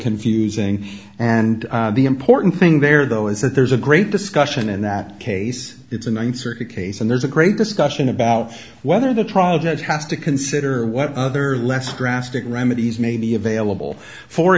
confusing and the important thing there though is that there's a great discussion in that case it's a one circuit case and there's a great discussion about whether the trial judge has to consider what other less drastic remedies may be available for